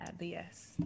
yes